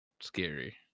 scary